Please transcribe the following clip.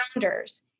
founders